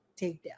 takedown